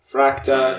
Fracta